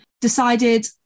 decided